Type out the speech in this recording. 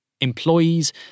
employees